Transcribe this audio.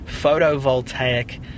photovoltaic